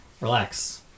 Relax